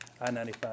I-95